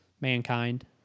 Mankind